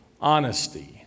honesty